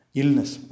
illness